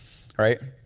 right?